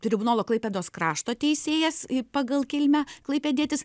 tribunolo klaipėdos krašto teisėjas pagal kilmę klaipėdietis